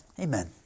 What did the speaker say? Amen